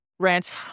Rant